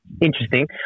Interesting